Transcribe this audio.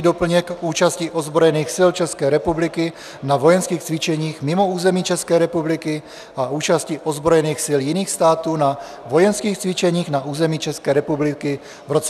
doplněk k účasti ozbrojených sil České republiky na vojenských cvičeních mimo území České republiky a účasti ozbrojených sil jiných států na vojenských cvičeních na území České republiky v roce 2018;